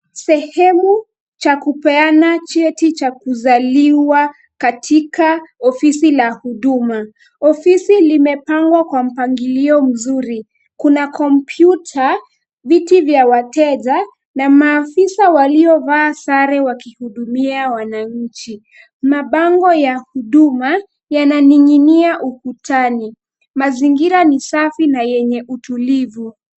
Sehemu cha kupeana cheti cha kuzaliwa katika ofisi la huduma. Ofisi limepangwa kwa mpangilio mzuri. Kuna kompyuta, viti vya wateja na maafisa waliovaa sare wakihudumia wananchi. Mabango ya huduma yananing'inia ukutani. Mazingira ni safi na yenye utulivu.